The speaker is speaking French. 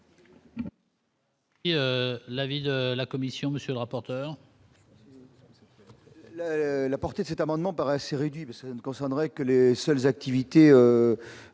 L'avis de la Commission, monsieur le rapporteur. La portée de cet amendement assez réduit, vous ça ne concernerait que les seules activités.